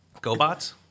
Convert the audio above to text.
Gobots